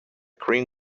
cream